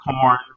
corn